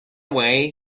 way